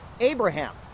abraham